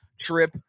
trip